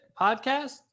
podcast